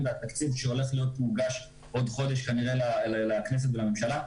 והתקציב שהולך להיות מוגש כנראה בעוד חודש לכנסת ולממשלה,